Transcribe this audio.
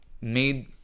made